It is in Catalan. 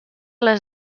les